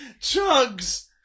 Chugs